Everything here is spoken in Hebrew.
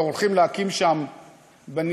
והולכים להקים שם בתים,